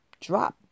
drop